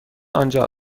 آنجا